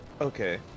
okay